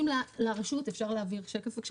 (שקף: מספר מיזוגים שהוגשו).